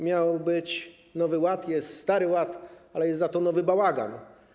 Miał być Nowy Ład, jest stary ład, ale za to nowy bałagan.